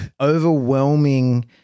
overwhelming